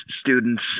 students